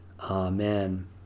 Amen